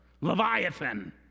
Leviathan